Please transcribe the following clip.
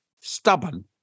stubborn